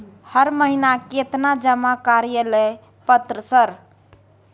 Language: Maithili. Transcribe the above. हर महीना केतना जमा कार्यालय पत्र सर?